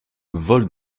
volent